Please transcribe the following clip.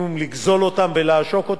לגזול אותם ולעשוק אותם.